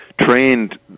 trained